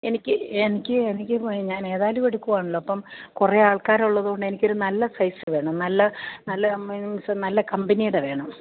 എനിക്ക് എനിക്ക് എനിക്ക് ഞാനേതായാലും എടുക്കുകയാണല്ലോ അപ്പോള് കുറേയാൾക്കാരുള്ളതുകൊണ്ട് എനിക്കൊരു നല്ല സൈസ് വേണം നല്ല നല്ല മിക്സ് നല്ല കമ്പനിയുടെ വേണം